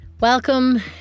Welcome